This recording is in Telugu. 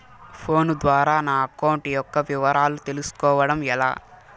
ఫోను ద్వారా నా అకౌంట్ యొక్క వివరాలు తెలుస్కోవడం ఎలా?